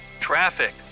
Traffic